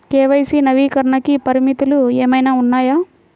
KYC నవీకరణకి పరిమితులు ఏమన్నా ఉన్నాయా?